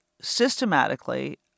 systematically